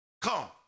Come